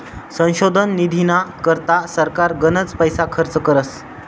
संशोधन निधीना करता सरकार गनच पैसा खर्च करस